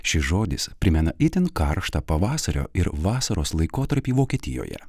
šis žodis primena itin karštą pavasario ir vasaros laikotarpį vokietijoje